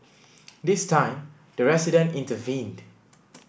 this time the resident intervened